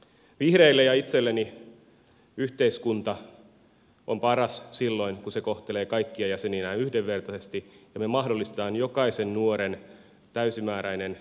vihreille ja itselleni yhteiskunta on paras silloin kun se kohtelee kaikkia jäseniään yhdenvertaisesti ja mahdollistaa jokaisen nuorena täysimääräinen